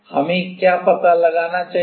हमें क्या पता लगाना चाहिए